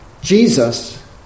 Jesus